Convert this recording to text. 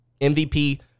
MVP